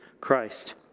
Christ